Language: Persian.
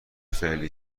فعلی